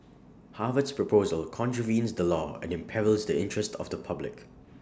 Harvard's proposal contravenes the law and imperils the interest of the public